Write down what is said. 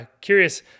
curious